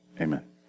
amen